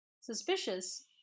suspicious